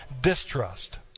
distrust